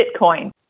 Bitcoin